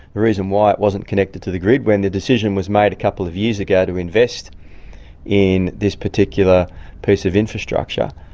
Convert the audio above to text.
the reason why it wasn't connected to the grid when the decision was made a couple of years ago to invest in this particular piece of infrastructure,